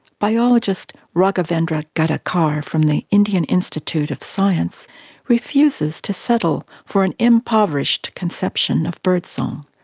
biologist raghavendra gadagkar from the indian institute of science refuses to settle for an impoverished conception of birdsong,